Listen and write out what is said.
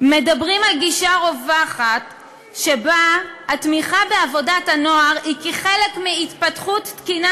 מדברים על גישה רווחת שבה התמיכה בעבודת הנוער היא בחלק מהתפתחות תקינה